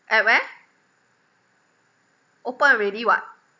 at where open already [what]